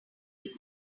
every